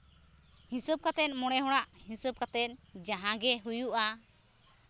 ᱦᱤᱥᱟᱹᱵ ᱠᱟᱛᱮᱫ ᱢᱚᱬᱮ ᱦᱚᱲᱟᱜ ᱦᱤᱥᱟᱹᱵ ᱠᱟᱛᱮᱫ ᱡᱟᱦᱟᱸ ᱜᱮ ᱦᱩᱭᱩᱜᱼᱟ